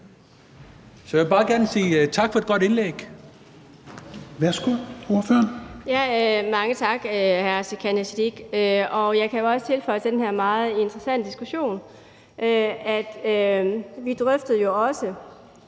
Så jeg vil bare gerne sige tak for et godt indlæg.